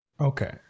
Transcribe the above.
Okay